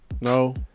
No